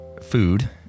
food